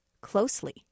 closely